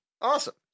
Awesome